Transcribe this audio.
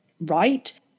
right